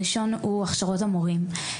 הראשון הוא הכשרות המורים.